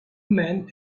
men